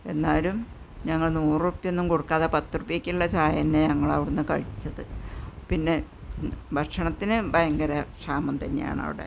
എന്നാലും ഞങ്ങള് നൂറുപ്യ ഒന്നും കൊടുക്കാതെ പത്തു ഉപ്പ്യക്കുള്ള ചായ തന്നെ ഞങ്ങള് അവിടെ നിന്നു കഴിച്ചത് പിന്നെ ഭക്ഷണത്തിന് ഭയങ്കര ക്ഷാമം തന്നെയാണ് അവിടെ